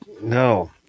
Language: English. no